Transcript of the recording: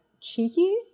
cheeky